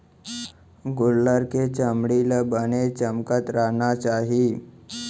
गोल्लर के चमड़ी ल बने चमकत रहना चाही